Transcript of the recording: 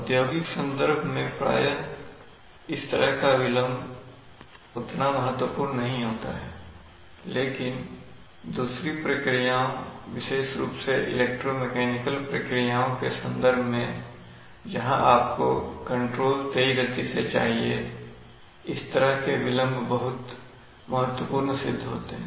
औद्योगिक संदर्भ में प्रायः इस तरह का विलंब उतना महत्वपूर्ण नहीं होता है लेकिन दूसरी प्रक्रियाओं विशेष रुप से इलेक्ट्रोमैकेनिकल प्रक्रियाओं के संदर्भ में जहां आपको कंट्रोल तेज गति से चाहिए इस तरह के विलंब बहुत महत्वपूर्ण सिद्ध होते हैं